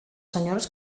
senyores